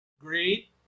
Great